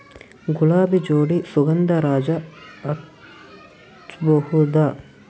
ಗುಲಾಬಿ ಜೋಡಿ ಸುಗಂಧರಾಜ ಹಚ್ಬಬಹುದ?